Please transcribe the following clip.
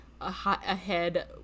ahead